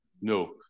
No